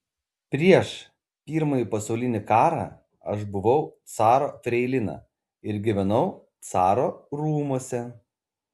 prieš pirmąjį pasaulinį karą aš buvau caro freilina ir gyvenau caro rūmuose